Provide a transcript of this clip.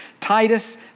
Titus